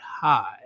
high